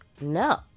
No